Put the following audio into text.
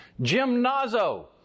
Gymnazo